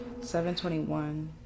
721